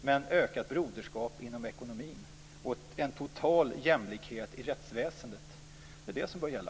Men ökad broderskap inom ekonomin och total jämlikhet inom rättsväsendet är vad som bör gälla!